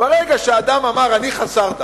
ברגע שאדם אמר: אני חסר דת,